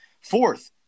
Fourth